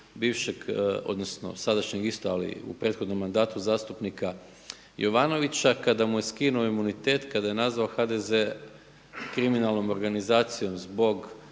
odnosno sadašnjeg isto ali u prethodnom mandatu zastupnika Jovanovića kada mu je skinuo imunitet, kada je nazvao HDZ-e kriminalnom organizacijom zbog